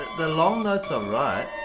the long notes are right.